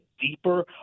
deeper